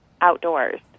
outdoors